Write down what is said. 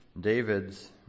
David's